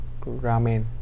ramen